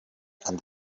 and